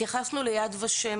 התייחסנו ליד ושם